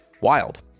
wild